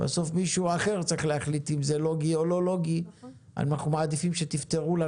שלכם לשנות את גדרי האסדרה בין